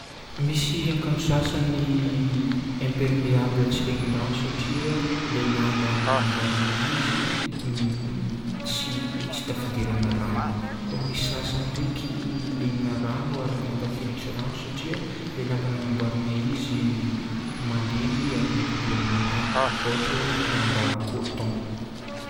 Misy akanjo sasany imperméable tsy lenan'ny rano satrila ilay lamba nagnamboarana izy tsy tafidirana rano. Fô misy sasany ndraiky lenana rano ary mahatafiditry rano satria lay lamba nanamboarana izy malemy ary mety idirana rano. Ohatra hoe lamba coton.